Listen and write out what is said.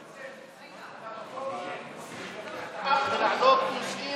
באה לצמצם את המקום שהם יכולים להביע דעה ולהעלות נושאים,